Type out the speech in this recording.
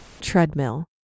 Treadmill